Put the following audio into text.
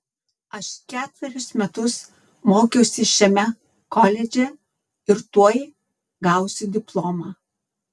aš ketverius metus mokiausi šiame koledže ir tuoj gausiu diplomą